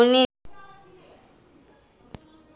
अधिक मात्रा की वर्षा होने से गेहूँ की फसल पर क्या प्रभाव पड़ेगा?